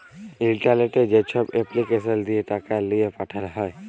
ইলটারলেটে যেছব এপলিকেসল দিঁয়ে টাকা লিঁয়ে পাঠাল হ্যয়